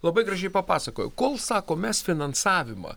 labai gražiai papasakojo kol sako mes finansavimą